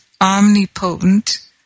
omnipotent